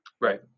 Right